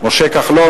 משה כחלון.